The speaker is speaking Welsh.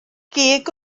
gig